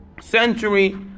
century